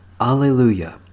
Alleluia